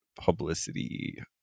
publicity